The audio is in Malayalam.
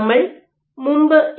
നമ്മൾ മുമ്പ് എ